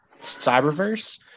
Cyberverse